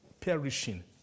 perishing